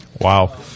Wow